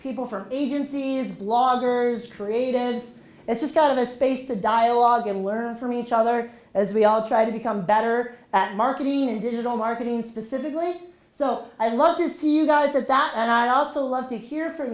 people for agencies bloggers created this as a start of a space to dialogue and learn from each other as we all try to become better at marketing and digital marketing specifically so i love to see you guys at that and i'd also love to hear from